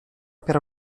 per